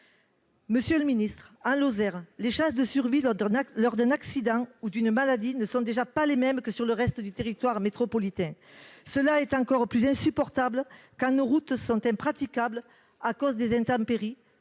Monsieur le ministre, en Lozère, les chances de survie lors d'un accident ou d'une maladie ne sont déjà pas les mêmes que sur le reste du territoire métropolitain. Cela est encore plus insupportable quand nos routes sont impraticables à cause des intempéries,